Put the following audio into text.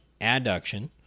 adduction